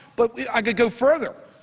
but i could go further.